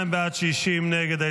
52 בעד, 60 נגד.